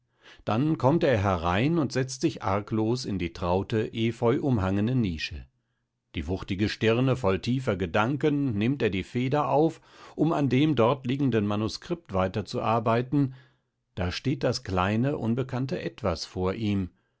dann kommt er herein und setzt sich arglos in die traute epheuumhangene nische die wuchtige stirne voll tiefer gedanken nimmt er die feder auf um an dem dort liegenden manuskript weiterzuarbeiten da steht das kleine unbekannte etwas vor ihm